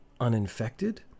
uninfected